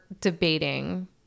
debating